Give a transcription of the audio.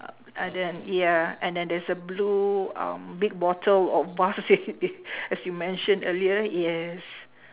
uh then ya and then there's a blue um big bottle of vase as you mention earlier yes